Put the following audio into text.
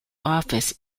office